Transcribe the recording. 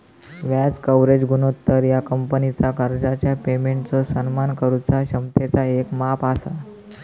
व्याज कव्हरेज गुणोत्तर ह्या कंपनीचा कर्जाच्या पेमेंटचो सन्मान करुचा क्षमतेचा येक माप असा